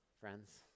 friends